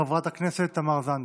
חברת הכנסת תמר זנדברג.